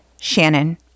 Shannon